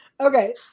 Okay